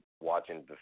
watching